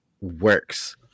works